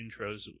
intros